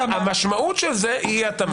המשמעות של זה אי התאמה.